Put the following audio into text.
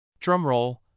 Drumroll